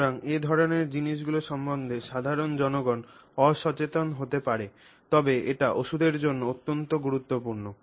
সুতরাং এ ধরণের জিনিসগুলি সম্বন্ধে সাধারণ জনগণ অসচেতন হতে পারে তবে এটি ওষধের জন্য অত্যন্ত গুরুত্বপূর্ণ